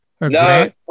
No